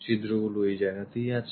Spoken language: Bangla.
ছিদ্রগুলি এই জায়গাতেই আছে